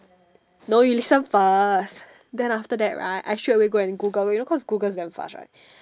no you listen first then after that right I straight away go and Google you know cause Google is damn fast right